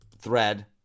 thread